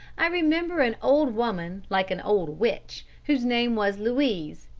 i remember an old woman like an old witch, whose name was louise,